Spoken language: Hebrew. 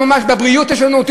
בבריאות יש לנו?